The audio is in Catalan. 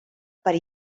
per